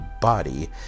body